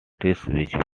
characteristic